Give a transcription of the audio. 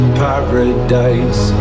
paradise